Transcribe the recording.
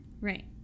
Right